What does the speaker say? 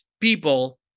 people